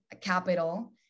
capital